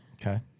Okay